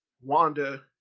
Wanda